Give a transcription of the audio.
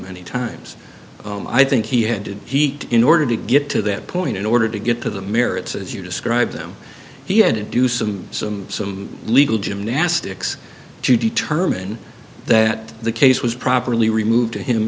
many times i think he had to heat in order to get to that point in order to get to the merits as you describe them he had to do some some some legal gymnastics to determine that the case was properly removed